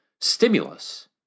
stimulus